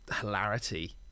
hilarity